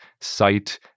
sight